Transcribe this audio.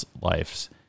lives